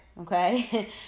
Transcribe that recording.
okay